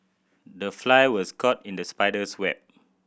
the fly was caught in the spider's web